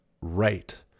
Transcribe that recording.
right